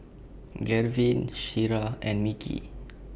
Garvin Shira and Micky